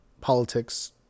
politics